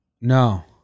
No